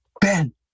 Ben